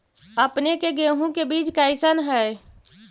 अपने के गेहूं के बीज कैसन है?